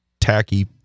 tacky